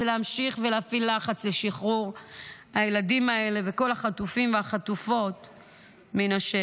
זה להמשיך ולהפעיל לחץ לשחרור הילדים האלה וכל החטופים והחטופות מהשבי.